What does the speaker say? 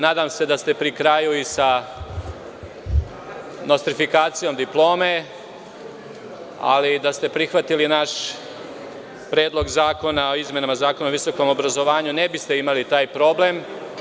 Nadam se da ste pri karaju i sa nostrifikacijom diplome, ali da ste prihvatili naš Predlog zakona o izmenama Zakona o visokom obrazovanju, ne biste imali taj problem.